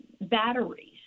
batteries